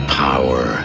power